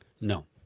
No